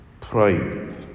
pride